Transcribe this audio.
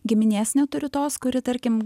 giminės neturi tos kuri tarkim